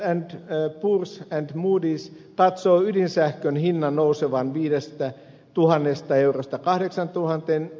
standard poors ja moodys katsovat ydinsähkön hinnan nousevan viidestä tuhannesta eurosta kahdeksaan tuhanteen